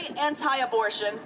anti-abortion